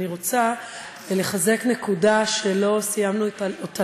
אני רוצה לחזק נקודה שלא סיימנו אותה